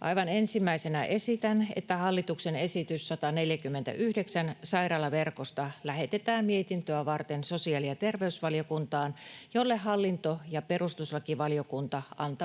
Aivan ensimmäisenä esitän, että hallituksen esitys 149 sairaalaverkosta lähetetään mietintöä varten sosiaali- ja terveysvaliokuntaan, jolle hallintovaliokunta ja perustuslakivaliokunta antavat sitten